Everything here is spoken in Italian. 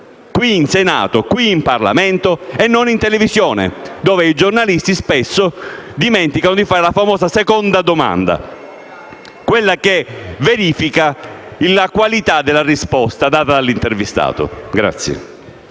qui in Senato, qui in Parlamento, e non in televisione, dove i giornalisti dimenticano di fare la famosa seconda domanda, quella che verifica la qualità della risposta data dall'intervistato.